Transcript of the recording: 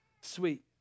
sweet